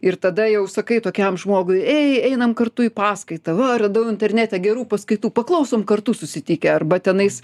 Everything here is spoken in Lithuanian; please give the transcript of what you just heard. ir tada jau sakai tokiam žmogui ei einam kartu į paskaitą va radau internete gerų paskaitų paklausom kartu susitikę arba tenais